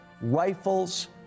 rifles